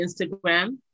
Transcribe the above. Instagram